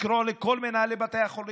לקרוא לכל מנהלי בתי החולים,